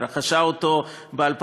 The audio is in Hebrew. היא רכשה אותו ב-2008,